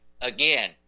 again